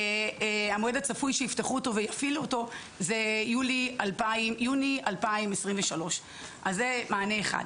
המועד האחרון שיפתחו אותו ויפעילו אותו הוא יוני 2023. אז זה מענה אחד.